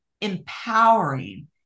empowering